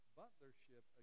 butlership